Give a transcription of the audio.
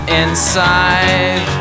inside